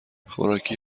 خوراکی